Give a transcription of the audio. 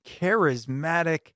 charismatic